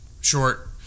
short